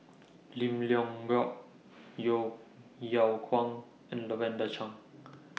Lim Leong Geok Yeo Yeow Kwang and Lavender Chang